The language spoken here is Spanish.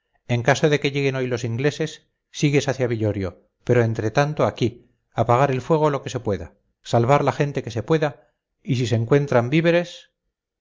en caso de que lleguen hoy los ingleses sigues hacia villorio pero entre tanto aquí apagar el fuego lo que se pueda salvar la gente que se pueda y si se encuentran víveres